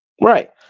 Right